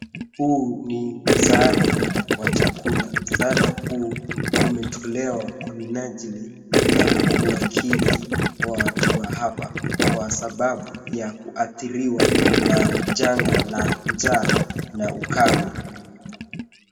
Huu ni msaada wa chakula. Msaada huu umetolewa kwa minajili ya kuwakidhi watu wa hapa kwa sababu ya kuathiriwa na janga la njaa na ukame.